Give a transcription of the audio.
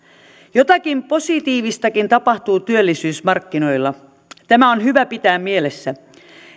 jotakin positiivistakin tapahtuu työllisyysmarkkinoilla tämä on hyvä pitää mielessä